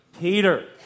Peter